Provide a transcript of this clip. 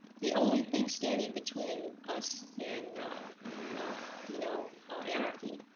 the only thing standing between us and you know ah anarchy.